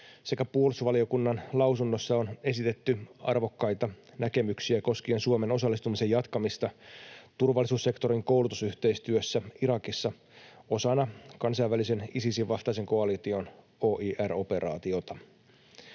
sekä puolustusvaliokunnan lausunnossa on esitetty arvokkaita näkemyksiä koskien Suomen osallistumisen jatkamista turvallisuussektorin koulutusyhteistyöhön Irakissa osana kansainvälisen Isisin vastaisen koalition OIR-operaatiota.